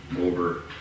over